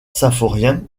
symphorien